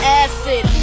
acid